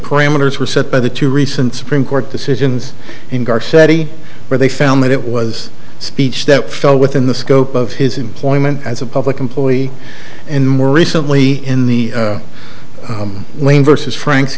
parameters were set by the two recent supreme court decisions in our city where they found that it was a speech that fell within the scope of his employment as a public employee and more recently in the lane versus frank